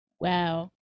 Wow